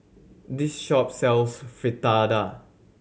this shop sells Fritada